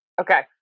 Okay